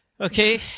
Okay